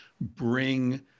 bring